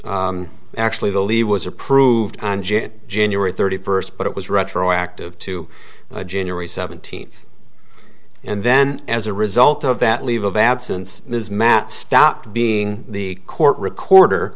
actually the leave was approved january thirty first but it was retroactive to january seventeenth and then as a result of that leave of absence ms matt stopped being the court recorder